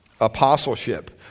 apostleship